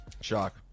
shock